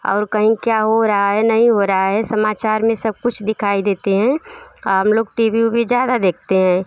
और कहीं क्या हो रहा है नहीं हो रहा है समाचार में सब कुछ दिखाई देते हैं हाम लोग टी भी वू भी ज़्यादा देखते हैं